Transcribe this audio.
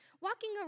walking